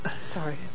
sorry